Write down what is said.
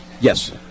Yes